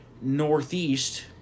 northeast